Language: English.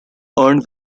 earned